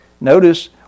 notice